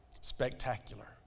spectacular